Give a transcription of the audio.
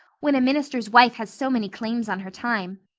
when a minister's wife has so many claims on her time!